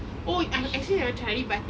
oh I've I've never tried it but